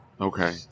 Okay